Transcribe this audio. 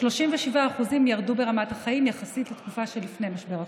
37% ירדו ברמת החיים יחסית לתקופה שלפני משבר הקורונה.